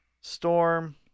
Storm